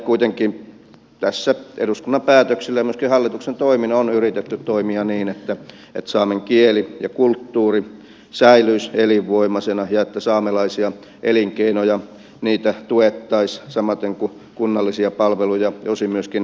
kuitenkin tässä eduskunnan päätöksillä ja myöskin hallituksen toimin on yritetty toimia niin että saamen kieli ja kulttuuri säilyisivät elinvoimaisina ja että saamelaisia elinkeinoja tuettaisiin samaten kuin kunnallisia palveluja ja osin myöskin sosiaaliturvaa